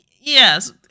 Yes